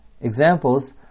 examples